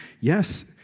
Yes